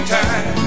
time